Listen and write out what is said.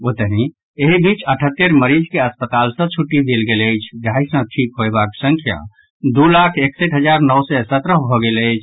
ओतहि एहि बीच अठहत्तरि मरीज के अस्पताल सॅ छुट्टी देल गेल अछि जहिसॅ ठीक होयबाक संख्या दू लाख एकसठि हजार नओ सय सत्रह भऽ गेल अछि